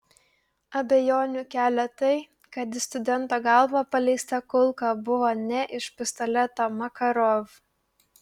abejonių kelia tai kad į studento galvą paleista kulka buvo ne iš pistoleto makarov